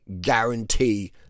guarantee